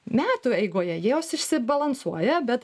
metų eigoje jos išsibalansuoja bet